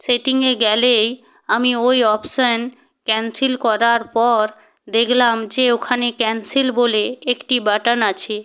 সেটিংয়ে গেলেই আমি ওই অপশান ক্যান্সেল করার পর দেখলাম যে ওখানে ক্যান্সেল বলে একটি বাটন আছে